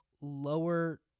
lower